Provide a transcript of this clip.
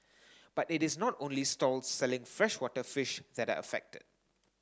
but it is not only stalls selling freshwater fish that are affected